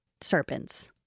serpents